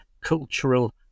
cultural